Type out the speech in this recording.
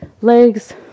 legs